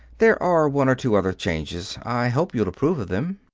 there are one or two other changes. i hope you'll approve of them.